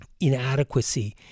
inadequacy